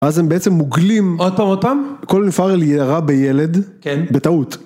אז הם בעצם מוגלים. עוד פעם, עוד פעם. כל נפארלי ירה בילד. כן. בטעות.